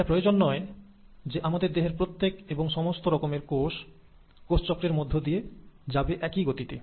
এটা প্রয়োজন নয় যে আমাদের দেহের প্রত্যেক এবং সমস্ত রকমের কোষ কোষচক্রের মধ্য দিয়ে যাবে একই গতিতে